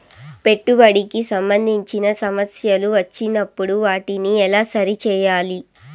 పెట్టుబడికి సంబంధించిన సమస్యలు వచ్చినప్పుడు వాటిని ఎలా సరి చేయాలి?